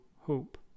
hope